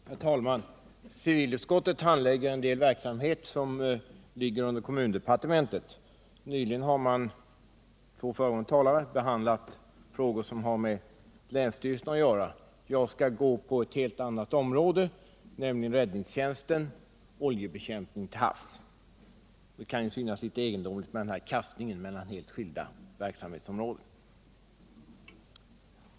Herr talman! Civilutskottet handlägger en del verksamhet som ligger under kommundepartementet. De två föregående talarna har behandlat frågor som har med länsstyrelsen att göra. Jag skall gå in på ett helt annat område, nämligen räddningstjänsten och oljebekämpning till havs. Det kan ju synas litet egendomligt med den här kastningen mellan helt skilda verksamhetsområden.